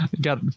got